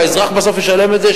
האזרח בסוף ישלם את זה,